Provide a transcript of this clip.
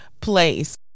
place